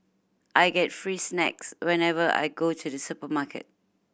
I get free snacks whenever I go to the supermarket